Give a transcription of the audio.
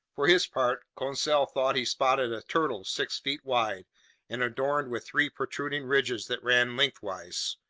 for his part, conseil thought he spotted a turtle six feet wide and adorned with three protruding ridges that ran lengthwise.